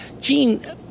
gene